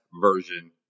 version